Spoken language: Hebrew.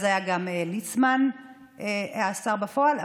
אז היה ליצמן השר בפועל,